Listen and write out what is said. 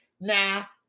Now